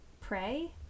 pray